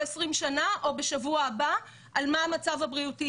20 שנה או בשבוע הבא על מה המצב הבריאותי.